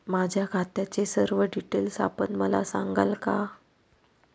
माझ्या खात्याचे सर्व डिटेल्स आपण मला सांगाल का?